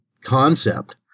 concept